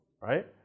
right